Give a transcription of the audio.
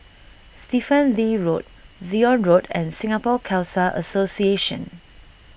Stephen Lee Road Zion Road and Singapore Khalsa Association